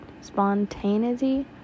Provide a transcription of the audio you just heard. Spontaneity